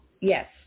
Yes